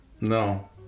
No